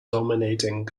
dominating